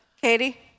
katie